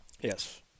Yes